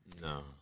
No